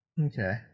Okay